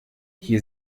hier